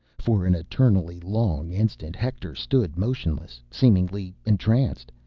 for an eternally-long instant hector stood motionless, seemingly entranced.